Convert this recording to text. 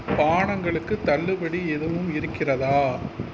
பானங்களுக்கு தள்ளுபடி எதுவும் இருக்கிறதா